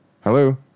hello